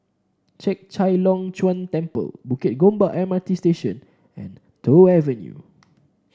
Chek Chai Long Chuen Temple Bukit Gombak M R T Station and Toh Avenue